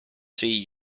see